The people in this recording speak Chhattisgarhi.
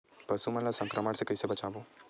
पशु मन ला संक्रमण से कइसे बचाबो?